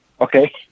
Okay